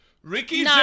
Ricky